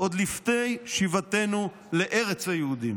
עוד לפני השיבה אל ארץ היהודים".